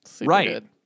Right